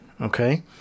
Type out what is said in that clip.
okay